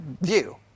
view